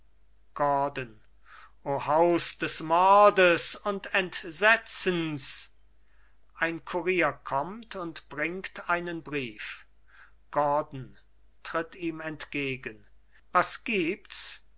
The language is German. haus des mordes und entsetzens ein kurier kommt und bringt einen brief gordon tritt ihm entgegen was gibts